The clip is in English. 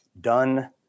done